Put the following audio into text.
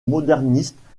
modernistes